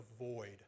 avoid